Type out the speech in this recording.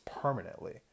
permanently